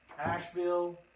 Asheville